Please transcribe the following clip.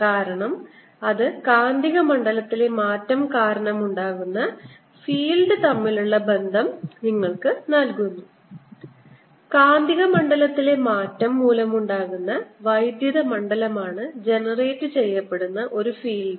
കാരണം അത് കാന്തിക മണ്ഡലത്തിലെ മാറ്റം കാരണമുണ്ടാകുന്ന ഫീൽഡ് തമ്മിലുള്ള ബന്ധം നിങ്ങൾക്ക് നൽകുന്നു കാന്തിക മണ്ഡലത്തിലെ മാറ്റം മൂലമുണ്ടാകുന്ന വൈദ്യുത മണ്ഡലമാണ് ജനറേറ്റ് ചെയ്യപ്പെടുന്ന ഒരു ഫീൽഡ്